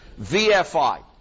VFI